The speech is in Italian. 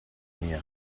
mia